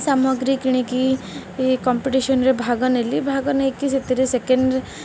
ସାମଗ୍ରୀ କିଣିକି କମ୍ପିଟିସନରେ ଭାଗ ନେଲି ଭାଗ ନେଇକରି ସେଥିରେ ସେକେଣ୍ଡ